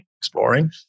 exploring